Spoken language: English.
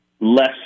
less